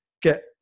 get